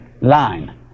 line